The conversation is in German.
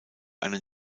einen